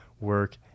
work